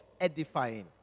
edifying